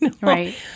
right